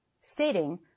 stating